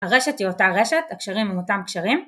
הרשת היא אותה רשת, הקשרים הם אותם הקשרים